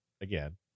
again